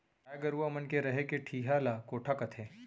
गाय गरूवा मन के रहें के ठिहा ल कोठा कथें